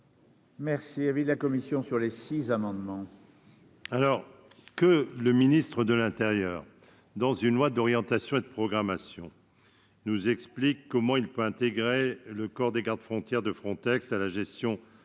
est l'avis de la commission sur ces six amendements